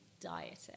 dieting